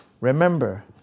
Remember